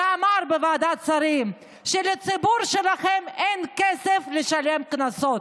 ואמר בוועדת שרים שלציבור שלכם אין כסף לשלם קנסות.